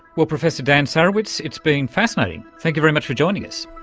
well, professor dan sarewitz, it's been fascinating. thank you very much for joining us.